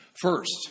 First